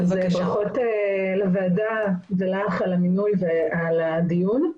ברכות לדאגה ולך על המינוי ועל הדיון.